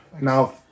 Now